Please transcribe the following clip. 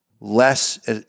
less